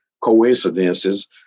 coincidences